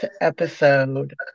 episode